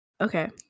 Okay